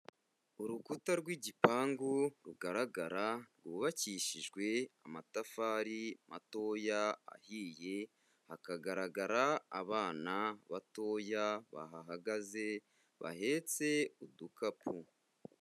Urukuta rw'igipangu rugaragara rwubakishijwe amatafari matoya ahiye, hakagaragara abana batoya bahahagaze bahetse udukapu.